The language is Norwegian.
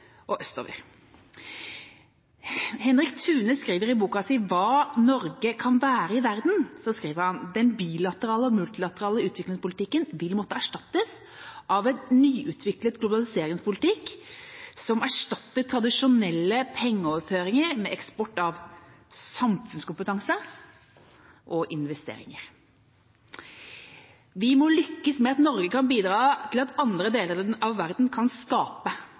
og østover. Henrik Thune skriver i boka «Hva Norge kan være i verden» at den bilaterale og multilaterale utviklingspolitikken vil måtte erstattes av en nyutviklet globaliseringspolitikk som erstatter tradisjonelle pengeoverføringer med eksport av samfunnskompetanse og investeringer. Vi må lykkes med at Norge kan bidra til at andre deler av verden kan skape